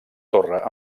torre